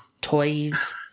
Toys